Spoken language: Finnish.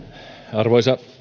arvoisa